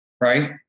right